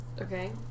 Okay